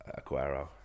Aguero